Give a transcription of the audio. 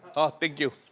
ah, thank you.